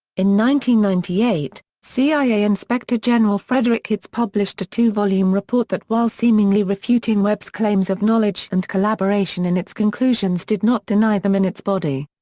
ninety ninety eight, cia inspector general frederick hitz published a two-volume report that while seemingly refuting webb's claims of knowledge and collaboration in its conclusions did not deny them in its body.